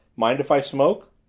mind if i smoke?